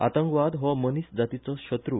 आतंकवाद हो मनीस जातीचो शत्र्